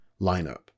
lineup